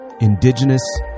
indigenous